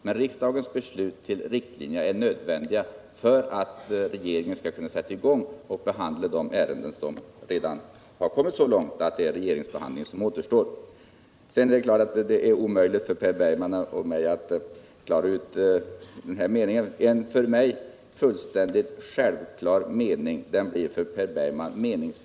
Men riksdagens beslut om riktlinjerna är nödvändigt för att regeringen skall kunna sätta i gång och behandla de ärenden som redan har kommit så långt att det bara är regeringsbehandlingen som återstår. Sedan vill jag säga att det naturligtvis är omöjligt för Per Bergman och mig att klara ut den mening som vi här diskuterar. En för mig Nr 52 fullständigt självklar mening blir för Per Bergman ”meningsfull”.